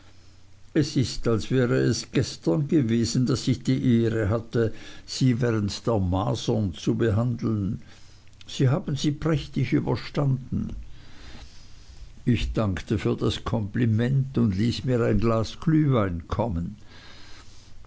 es ist als wäre es gestern gewesen daß ich die ehre hatte sie während der masern zu behandeln sie haben sie prächtig überstanden sir ich dankte für das kompliment und ließ mir ein glas glühwein kommen